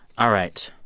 all right.